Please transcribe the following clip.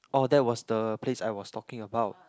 oh that was the place I was talking about